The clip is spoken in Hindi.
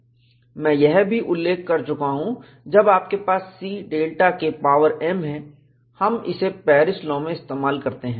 मैं यह भी उल्लेख कर चुका हूं जब आपके पास C Δ K पावर m है हम इसे पेरिस लाॅ में इस्तेमाल करते हैं